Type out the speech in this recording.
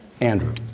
Andrew